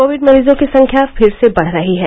Covid मरीजों की संख्या फिर से बढ़ रही है